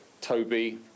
Toby